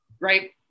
right